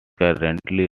currently